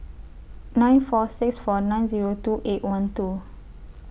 nine four six four nine Zero two eight one two